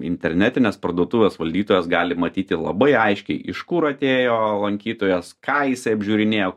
internetinės parduotuvės valdytojas gali matyti labai aiškiai iš kur atėjo lankytojas ką jisai apžiūrinėja